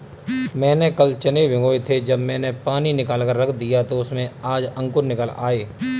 मैंने कल चने भिगोए थे जब मैंने पानी निकालकर रख दिया तो उसमें आज अंकुर निकल आए